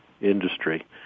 industry